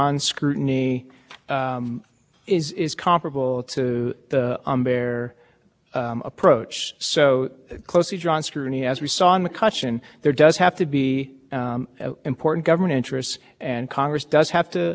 contractors and pickering for employees there does have to be that congress does have to take into account the rights of employees and they have to have some ability of expression so i think the closely drawn scrutiny i think the court can easily harmonize the closely drawn